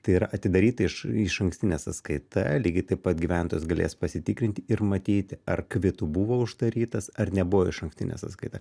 tai yra atidaryta iš išankstinė sąskaita lygiai taip pat gyventojas galės pasitikrinti ir matyti ar kvitu buvo uždarytas ar nebuvo išankstinė sąskaita